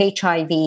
HIV